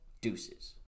deuces